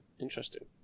Interesting